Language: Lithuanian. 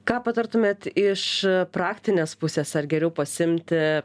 ką patartumėt iš praktinės pusės ar geriau pasiimti